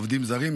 עובדים זרים,